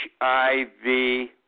HIV